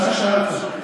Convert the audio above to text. תודה ששאלת,